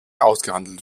ausgehandelt